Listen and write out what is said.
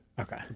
Okay